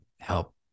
help